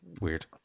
weird